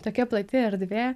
tokia plati erdvė